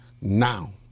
now